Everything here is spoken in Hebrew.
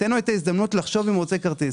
תן לו הזדמנות לחשוב אם הוא רוצה כרטיס.